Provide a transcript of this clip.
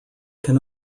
can